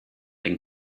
den